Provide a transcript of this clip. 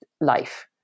life